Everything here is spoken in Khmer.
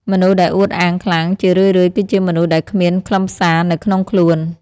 មនុស្សដែលអួតអាងខ្លាំង ជារឿយៗគឺជាមនុស្សដែលគ្មានខ្លឹមសារនៅក្នុងខ្លួន។